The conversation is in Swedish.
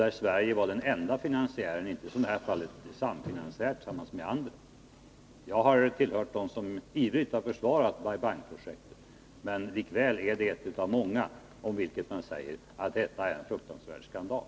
Där var Sverige den enda finansiären och inte, som i det här fallet, finansiär tillsammans med andra. Jag har tillhört dem som ivrigt har försvarat Bai Bang-projektet, men likafullt är det ett av många om vilket man säger att detta är en fruktansvärd skandal.